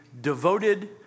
devoted